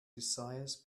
desires